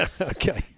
Okay